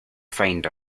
find